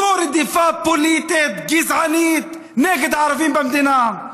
זאת רדיפה פוליטית גזענית נגד הערבים במדינה.